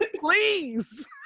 Please